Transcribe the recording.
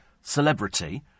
celebrity